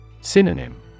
Synonym